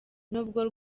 n’ubwo